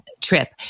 trip